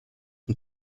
und